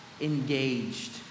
engaged